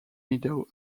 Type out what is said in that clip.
meadow